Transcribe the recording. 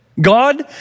God